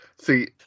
See